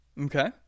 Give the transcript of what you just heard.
Okay